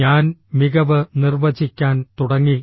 ഞാൻ മികവ് നിർവചിക്കാൻ തുടങ്ങി